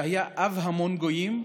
שהיה אב המון גויים,